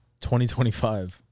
2025